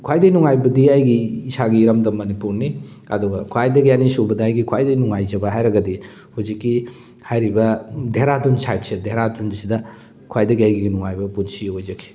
ꯈ꯭ꯋꯥꯏꯗꯩ ꯅꯨꯡꯉꯥꯏꯕꯗꯤ ꯑꯩꯒꯤ ꯏꯁꯥꯒꯤ ꯏꯔꯝꯗꯝ ꯃꯅꯤꯄꯨꯔꯅꯤ ꯑꯗꯨꯒ ꯈ꯭ꯋꯥꯏꯗꯒꯤ ꯑꯅꯤꯁꯨꯕꯗ ꯑꯩꯒꯤ ꯈ꯭ꯋꯥꯏꯗꯒꯤ ꯅꯨꯡꯉꯥꯏꯖꯕ ꯍꯥꯏꯔꯒꯗꯤ ꯍꯧꯖꯤꯛꯀꯤ ꯍꯥꯏꯔꯤꯕ ꯙꯦꯔꯥꯗꯨꯟ ꯁꯥꯏꯠꯁꯦ ꯙꯦꯔꯥꯗꯨꯟꯁꯤꯗ ꯈ꯭ꯋꯥꯏꯗꯒꯤ ꯑꯩꯒꯤ ꯅꯨꯡꯉꯥꯏꯕ ꯄꯨꯟꯁꯤ ꯑꯣꯏꯖꯈꯤ